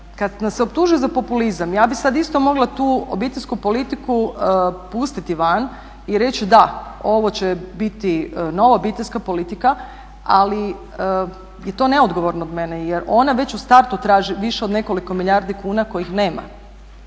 Kad nas optužuju za populizam, ja bih sada isto mogla tu obiteljsku politiku i pustiti van i reći da, ovo će biti nova obiteljska politika ali je to neodgovorno od mene jer ona već u startu traži više od nekoliko milijardi kuna kojih nema.